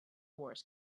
wars